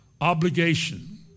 obligation